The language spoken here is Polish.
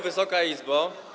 Wysoka Izbo!